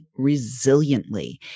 resiliently